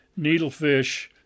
needlefish